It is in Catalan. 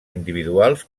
individuals